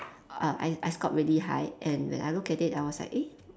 uh I I scored really high and when I look at it I was like eh